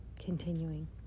Continuing